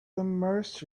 immerse